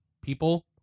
people